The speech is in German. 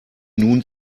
nun